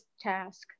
task